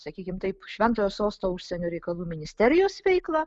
sakykim taip šventojo sosto užsienio reikalų ministerijos veikla